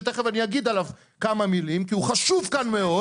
שתיכף אגיד עליו כמה מילים כי הוא חשוב מאוד.